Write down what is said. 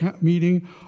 meeting